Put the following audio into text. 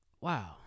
Wow